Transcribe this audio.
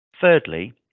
Thirdly